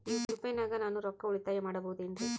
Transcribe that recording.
UPI ನಾಗ ನಾನು ರೊಕ್ಕ ಉಳಿತಾಯ ಮಾಡಬಹುದೇನ್ರಿ?